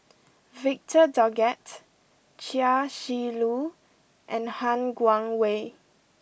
Victor Doggett Chia Shi Lu and Han Guangwei